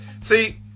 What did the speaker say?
See